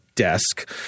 desk